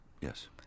Yes